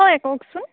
হয় কওকচোন